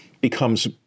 becomes